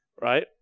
right